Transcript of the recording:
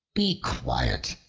be quiet,